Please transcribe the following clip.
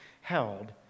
held